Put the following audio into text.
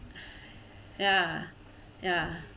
ya ya